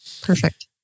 perfect